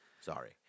Sorry